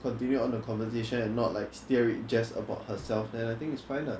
continue on the conversation and not like steer it just about herself then I think it's fine lah